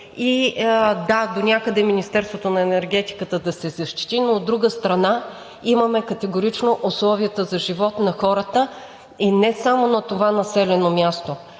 и, да, донякъде Министерството на енергетиката да се защити, но, от друга страна, имаме категорично условията за живот на хората, и не само на това населено място.